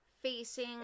facing